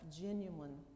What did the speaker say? genuine